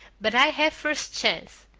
but i have first chance.